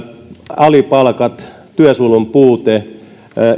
alipalkat työsuojelun puute